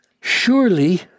surely